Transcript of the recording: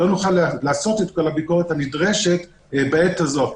לא נוכל לעשות את כל הביקורת הנדרשת בעת הזאת.